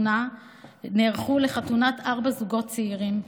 נערכו לחתונת ארבעה זוגות צעירים.